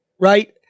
right